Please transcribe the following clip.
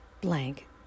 blank